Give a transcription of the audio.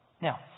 Now